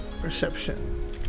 Perception